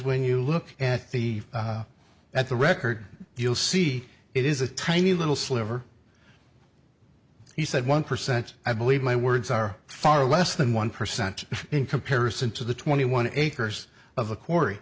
when you look at the at the record you'll see it is a tiny little sliver he said one percent i believe my words are far less than one percent in comparison to the twenty one acres of